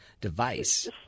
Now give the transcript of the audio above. device